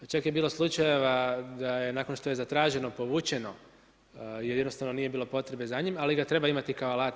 Čak je bilo slučajeva da je nakon što je zatraženo povućeno jer jednostavno nije bilo potrebe za njim, ali ga treba imati kao alat.